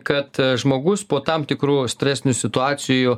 kad žmogus po tam tikrų stresinių situacijų